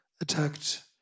attacked